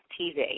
TV